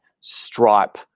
Stripe